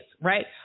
right